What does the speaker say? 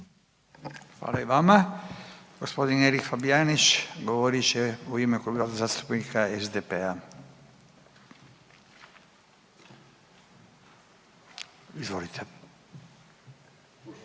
Hvala i vama. Gospodin Erik Fabijanić govorit će u ime Kluba zastupnika SDP-a. Izvolite.